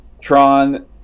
Tron